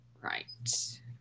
Right